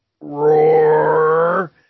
roar